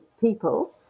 people